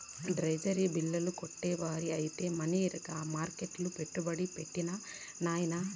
treasury bill కొంటివా ఐతే money మర్కెట్ల పెట్టుబడి పెట్టిరా నాయనా